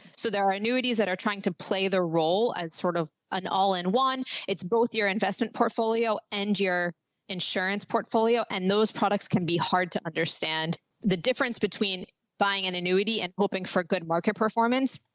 so there are annuities that are trying to play the role as sort of an all in one. it's both your investment portfolio and your insurance portfolio and those products can be hard to understand the difference between buying an annuity and hoping for good market performance.